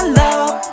love